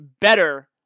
better